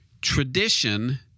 tradition